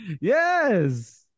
Yes